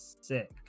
sick